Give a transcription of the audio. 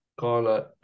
gala